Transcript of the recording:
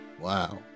wow